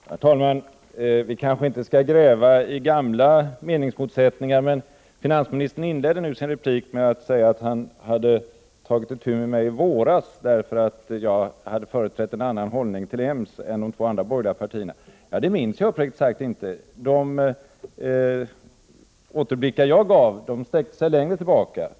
Herr talman! Vi kanske inte skall gräva i gamla meningsmotsättningar. Men finansministern inledde repliken med att säga att han hade tagit itu med mig i våras därför att jag hade företrätt en annan hållning till EMS än de två borgerliga partierna. Det minns jag uppriktigt sagt inte. De återblickar jag gav sträckte sig längre tillbaka.